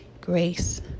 grace